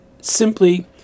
simply